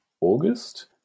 August